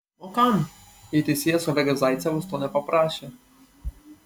o kam jei teisėjas olegas zaicevas to nepaprašė